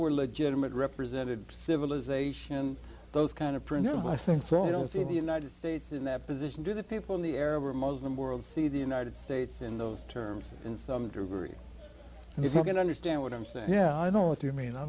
were legitimate represented civilization those kind of presume i think so i don't see the united states in that position do the people in the arab or muslim world see the united states in those terms in some derision and he's not going to understand what i'm saying yeah i don't what do you mean i